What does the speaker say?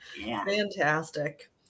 fantastic